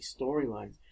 storylines